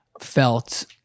felt